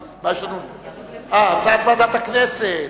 הצעת ועדת הכנסת.